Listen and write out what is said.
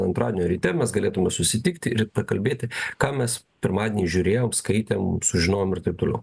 antradienio ryte mes galėtume susitikti ir pakalbėti ką mes pirmadienį žiūrėjom skaitėm sužinom ir taip toliau